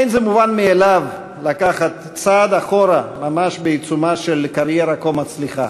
אין זה מובן מאליו לקחת צעד אחורה ממש בעיצומה של קריירה כה מצליחה.